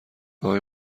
آقای